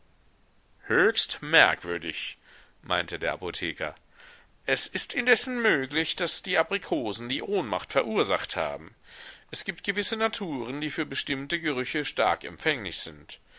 höchst merkwürdig meinte der apotheker es ist indessen möglich daß die aprikosen die ohnmacht verursacht haben es gibt gewisse naturen die für bestimmte gerüche stark empfänglich sind